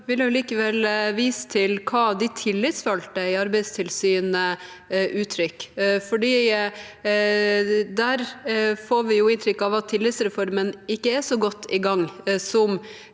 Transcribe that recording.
Jeg vil likevel vise til hva de tillitsvalgte i Arbeidstilsynet uttrykker, for der får vi jo inntrykk av at tillitsreformen ikke er så godt i gang som